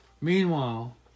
Meanwhile